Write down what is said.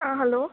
आं हॅलो